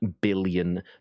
billion